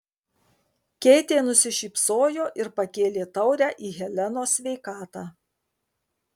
keitė nusišypsojo ir pakėlė taurę į helenos sveikatą